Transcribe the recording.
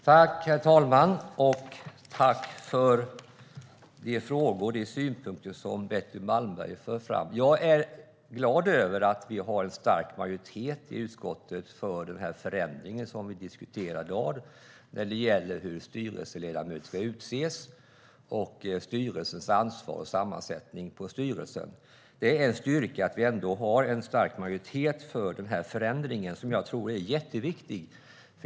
Herr talman! Jag tackar för de frågor och synpunkter som Betty Malmberg för fram. Jag är glad över att vi har en stark majoritet i utskottet för den förändring som vi diskuterar i dag när det gäller hur styrelseledamöter ska utses, styrelsens ansvar och sammansättning. Det är en styrka att vi ändå har en stark majoritet för denna förändring som jag tror är jätteviktig.